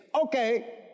Okay